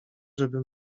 żeby